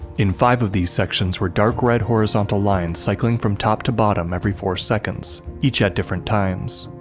in five of these sections were dark-red horizontal lines cycling from top to bottom every four seconds, each at different times.